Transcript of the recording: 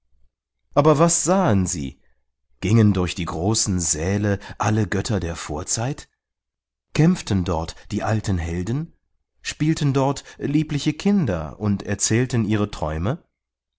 aber was sahen sie gingen durch die großen säle alle götter der vorzeit kämpften dort die alten helden spielten dort liebliche kinder und erzählten ihre träume